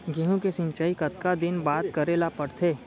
गेहूँ के सिंचाई कतका दिन बाद करे ला पड़थे?